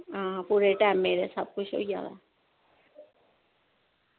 हां पूरे टैमें दा सब कुछ होई जाह्ग